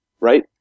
right